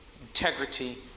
Integrity